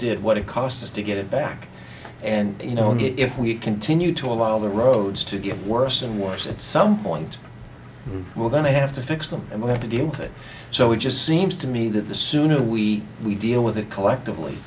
did what it costs to get it back and you know if we continue to allow the roads to get worse and worse at some point we're going to have to fix them and we have to deal with it so it just seems to me that the sooner we we deal with it collectively